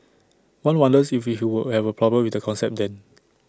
one wonders if he would have A problem with the concept then